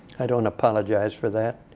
i don't apologize for that.